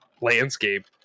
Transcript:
Landscape